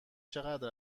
چقدر